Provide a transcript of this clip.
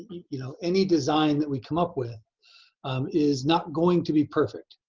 you know, any design that we come up with is not going to be perfect.